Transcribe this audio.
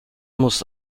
muss